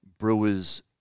brewers